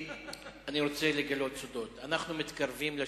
אדוני היושב-ראש,